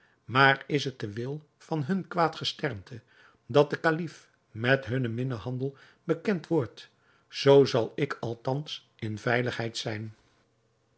maar is het de wil van hun kwaad gesternte dat de kalif met hunnen minnehandel bekend wordt zoo zal ik althans in veiligheid zijn